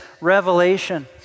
revelation